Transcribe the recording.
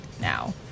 now